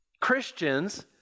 Christians